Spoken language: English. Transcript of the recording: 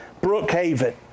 Brookhaven